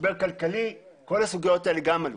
משבר כלכלי כל הסוגיות האלה גם עלו.